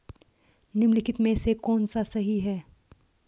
निम्नलिखित में से कौन सा सही है?